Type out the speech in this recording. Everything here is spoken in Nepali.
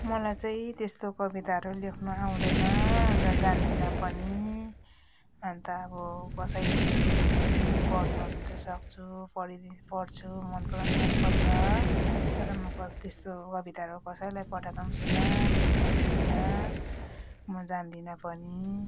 मलाई चाहिँ त्यस्तो कविताहरू लेख्नु आउँदैन र जान्दिनँ पनि अन्त अब कसैले लेख्यो भने पढ्नु ओर्नु चाहिँ सक्छु पढिदिइ पढ्छु मन पुरा मन पर्छ तर म त्यस्तो कविताहरू कसैलाई पठाएको पनि छैन लेखेको पनि छैन म जान्दिनँ पनि